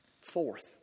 Fourth